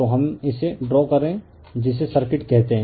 तो हम इसे ड्रा करें जिसे सर्किट कहते हैं